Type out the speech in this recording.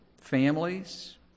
families